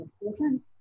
important